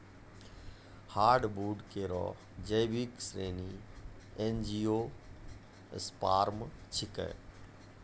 hardwood केरो जैविक श्रेणी एंजियोस्पर्म छिकै